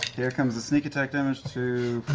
here comes the sneak attack damage, two,